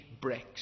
bricks